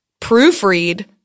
proofread